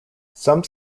some